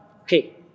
Okay